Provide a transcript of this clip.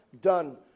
done